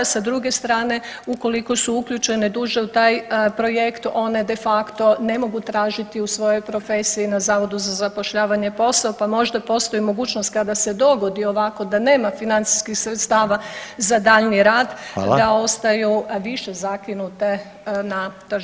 Sa druge strane ukoliko su uključene duže u taj projekt one de facto ne mogu tražiti u svojoj profesiji na Zavodu za zapošljavanje posao, pa možda postoji mogućnost kada se dogodi ovako da nema financijskih sredstava za daljnji rad, da ostaju više zakinute na tržištu rada.